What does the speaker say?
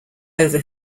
over